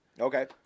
Okay